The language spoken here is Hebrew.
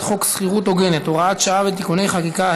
חוק שכירות הוגנת (הוראת שעה ותיקוני חקיקה),